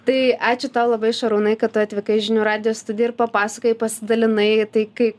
tai ačiū tau labai šarūnai kad tu atvykai į žinių radijo studiją ir papasakojai pasidalinai tai kai